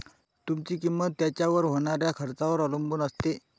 वस्तुची किंमत त्याच्यावर होणाऱ्या खर्चावर अवलंबून असते